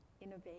innovate